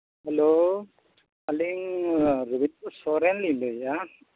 hello ᱟᱹᱞᱤᱧ ᱥᱚᱨᱮᱱᱞᱤᱧ ᱞᱟᱹᱭᱮᱫᱼᱟ